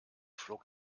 flog